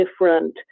different